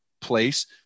place